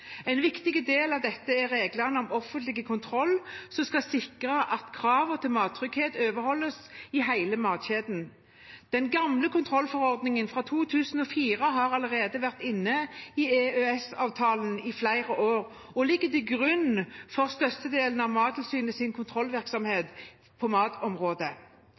En viktig del av dette er reglene om offentlig kontroll som skal sikre at kravene til mattrygghet overholdes i hele matkjeden. Den gamle kontrollforordningen fra 2004 har allerede ligget inne i EØS-avtalen i flere år og ligger til grunn for størstedelen av Mattilsynets kontrollvirksomhet på matområdet.